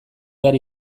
behar